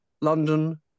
London